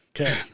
Okay